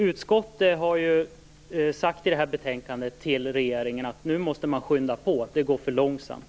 Utskottet har ju i det här betänkandet sagt till regeringen att man måste skynda på. Det går för långsamt.